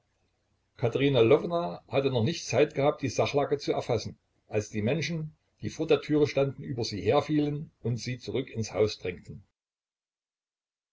katerina lwowna hatte noch nicht zeit gehabt die sachlage zu erfassen als die menschen die vor der türe standen über sie herfielen und sie zurück ins haus drängten